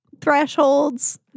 thresholds